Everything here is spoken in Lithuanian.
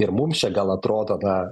ir mums čia gal atrodo na